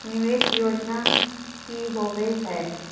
निवेस योजना की होवे है?